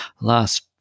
last